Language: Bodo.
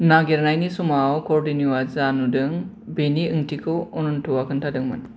नागिरनायनि समाव कौंडिन्य'आ जा नुदों बेनि ओंथिखौ अनन्तआ खोन्थादोंमोन